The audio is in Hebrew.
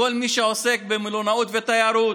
כל מי שעוסק במלונאות ותיירות,